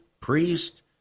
priest